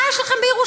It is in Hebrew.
מה יש לך בירושלים?